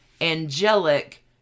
angelic